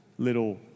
little